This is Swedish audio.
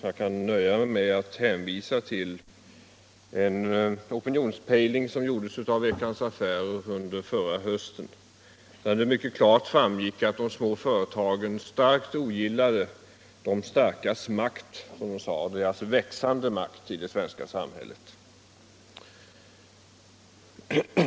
Jag kan nöja mig med att hänvisa till en opinionspejling som gjordes av Veckans Affärer under förra hösten, där det mycket klart framgick att de små företagen starkt ogillade de storas växande makt i det svenska samhället.